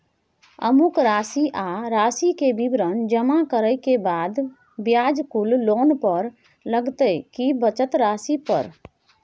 अमुक राशि आ राशि के विवरण जमा करै के बाद ब्याज कुल लोन पर लगतै की बचल राशि पर?